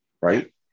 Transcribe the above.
right